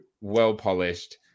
well-polished